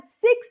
six